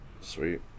Sweet